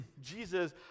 Jesus